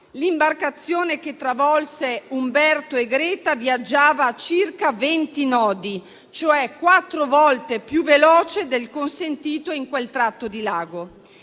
L'imbarcazione che travolse Umberto e Greta viaggiava a circa 20 nodi, cioè quattro volte più veloce del consentito in quel tratto di lago.